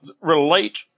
relate